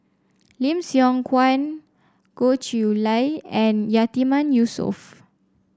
Lim Siong Guan Goh Chiew Lye and Yatiman Yusof